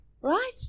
right